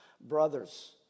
brothers